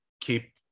keep